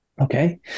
Okay